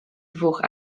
dwóch